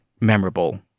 memorable